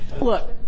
look